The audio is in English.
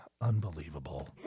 Unbelievable